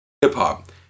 hip-hop